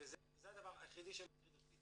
וזה הדבר היחידי שמטריד אותי.